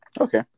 Okay